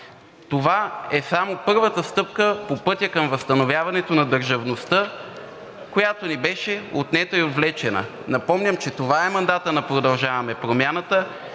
Това е само първата стъпка по пътя на възстановяването на държавността, която ни беше отнета и отвлечена. Напомням, че това е мандатът на „Продължаваме Промяната“